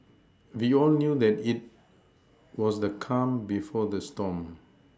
we all knew that it was the calm before the storm